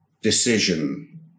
decision